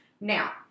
Now